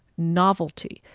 novelty,